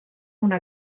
una